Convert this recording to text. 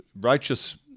righteous